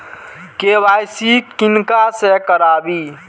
KYC किनका से कराबी?